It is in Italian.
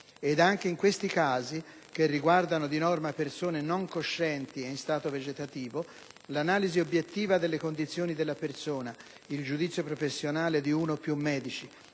Ed anche in questi casi - che riguardano di norma persone non coscienti o in stato vegetativo - l'analisi obbiettiva delle condizioni della persona, il giudizio professionale di uno o più medici,